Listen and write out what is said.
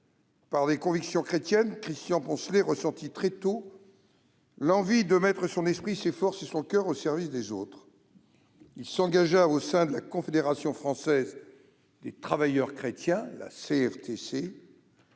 de convictions chrétiennes, Christian Poncelet ressentit très tôt l'envie de mettre son esprit, ses forces et son coeur au service des autres. Il s'engagea au sein de la Confédération française des travailleurs chrétiens, la CFTC,